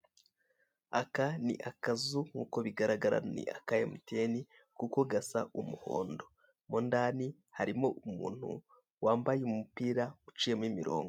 Aka ni akazu nk'uko bigaragara ni aka emutiyene kuko gasa umuhondo mo indani harimo umuntu wambaye umupira uciyemo imirongo.